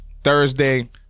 Thursday